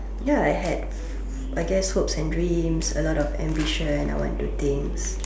ya I had I guess hopes and dreams a lot of ambition I want do things